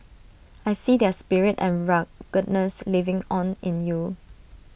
I see their spirit and ruggedness living on in you